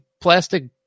plastic